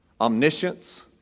omniscience